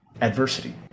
adversity